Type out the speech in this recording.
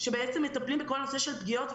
שבעצם מטפלים בכל הנושא של פגיעות,